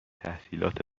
تحصیلات